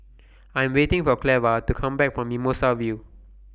I Am waiting For Cleva to Come Back from Mimosa View